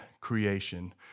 creation